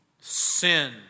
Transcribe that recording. sin